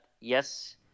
yes